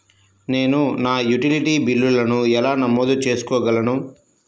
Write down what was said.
నేను నా యుటిలిటీ బిల్లులను ఎలా నమోదు చేసుకోగలను?